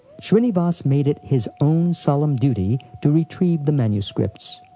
shrinivas made it his own solemn duty to retrieve the manuscripts.